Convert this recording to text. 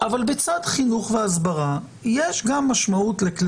והצעת תקנות העבירות המינהליות (קנס